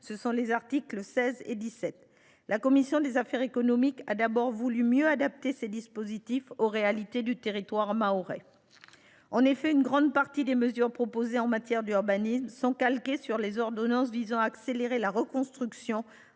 forcé des créances fiscales. La commission des affaires économiques a d’abord voulu mieux adapter ces dispositifs aux réalités du territoire mahorais. En effet, une grande partie des mesures proposées en matière d’urbanisme sont calquées sur les ordonnances visant à accélérer la reconstruction